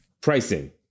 Pricing